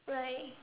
right